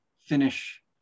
finish